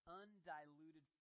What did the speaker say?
undiluted